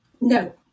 No